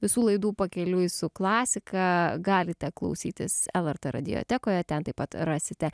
visų laidų pakeliui su klasika galite klausytis lrt radiotekoje ten taip pat rasite